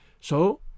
So